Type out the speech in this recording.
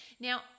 Now